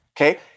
okay